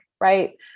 right